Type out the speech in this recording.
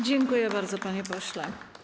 Dziękuję bardzo, panie pośle.